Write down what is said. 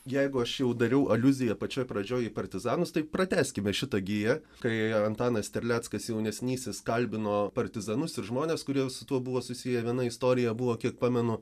jeigu aš jau dariau aliuziją pačioj pradžioj į partizanus tai pratęskime šitą giją kai antanas terleckas jaunesnysis kalbino partizanus ir žmones kurie su tuo buvo susiję viena istorija buvo kiek pamenu